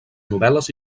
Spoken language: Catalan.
novel·les